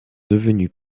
devenus